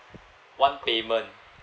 one payment